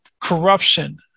corruption